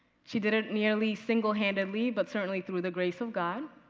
she did it nearly single handedly, but certainly through the grace of god,